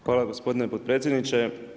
Hvala gospodine potpredsjedniče.